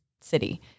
city